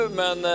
men